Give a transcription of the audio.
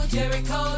Jericho